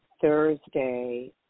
Thursday